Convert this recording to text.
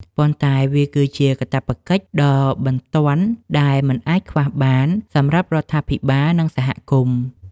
ប៉ុន្តែវាគឺជាកាតព្វកិច្ចដ៏បន្ទាន់ដែលមិនអាចខ្វះបានសម្រាប់រដ្ឋាភិបាល និងសហគមន៍។